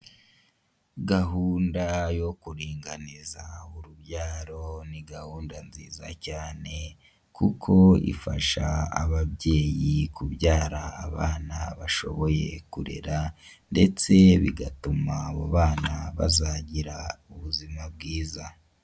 Gahunda yo kuringaniza urubyaro ni gahunda nziza cyane, kuko ifasha ababyeyi kubyara abana bashoboye kurera ndetse bigatuma abo bana bazagira ubuzima bwiza.